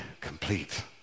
complete